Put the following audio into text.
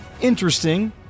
Interesting